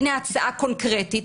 והנה הצעה קונקרטית,